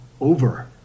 over